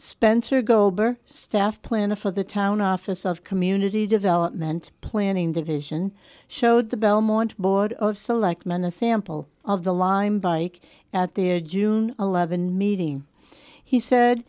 spencer goldberg staff plan a for the town office of community development planning division showed the belmont board of selectmen a sample of the lime bike at their june eleven meeting he said